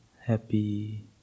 happy